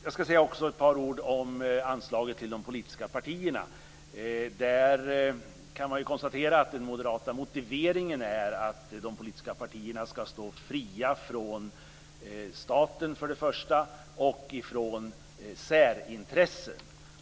Jag skall också säga några ord om anslaget till de politiska partierna. Man kan konstatera att motiveringen till moderaternas inställning är att de politiska partierna skall stå fria för det första från staten, för det andra från särintressen.